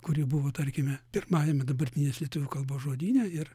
kuri buvo tarkime pirmajame dabartinės lietuvių kalbos žodyne ir